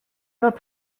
fod